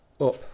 up